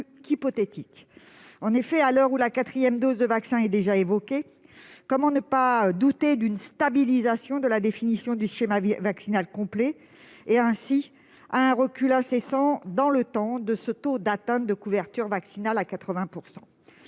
qu'hypothétiques. En effet, à l'heure où la quatrième dose de vaccin est déjà évoquée, comment ne pas douter d'une stabilisation de la définition du schéma vaccinal complet, donc d'un recul incessant dans le temps du taux d'atteinte de couverture vaccinale à 80 %?